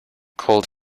cold